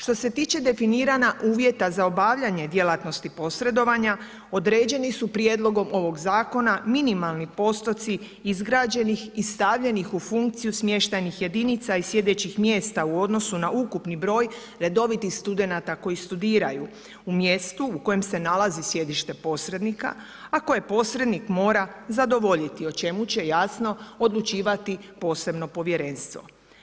Što se tiče definirana uvjeta za obavljanje djelatnosti posredovanja određeni su prijedlogom ovog zakona minimalni postoci izgrađenih i stavljenih u funkciju smještajnih jedinica i sjedećih mjesta u odnosu na ukupan broj redovitih studenata koji studiraju u mjestu u kojem se nalazi sjedište posrednika, a koje posrednik mora zadovoljiti, o čemu će jasno odlučivati posebno povjerenstvo.